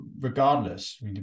regardless